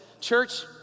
Church